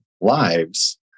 lives